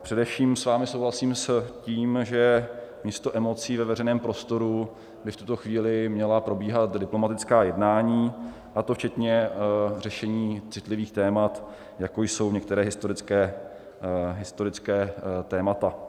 Především s vámi souhlasím s tím, že místo emocí ve veřejném prostoru by v tuto chvíli měla probíhat diplomatická jednání, a to včetně řešení citlivých témat, jako jsou některá historická témata.